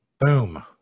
Boom